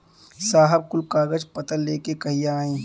साहब कुल कागज पतर लेके कहिया आई?